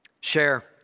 share